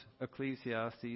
Ecclesiastes